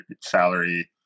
salary